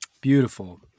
Beautiful